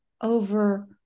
over